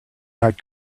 not